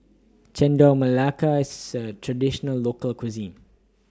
Chendol Melaka IS A Traditional Local Cuisine